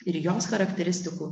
ir joms charakteristikų